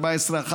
14(1),